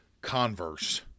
converse